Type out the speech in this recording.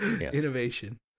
innovation